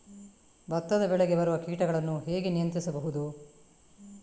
ಭತ್ತದ ಬೆಳೆಗೆ ಬರುವ ಕೀಟಗಳನ್ನು ಹೇಗೆ ನಿಯಂತ್ರಿಸಬಹುದು?